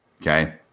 okay